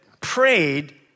prayed